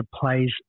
Plays